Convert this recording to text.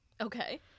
Okay